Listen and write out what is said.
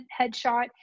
headshot